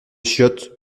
chiottes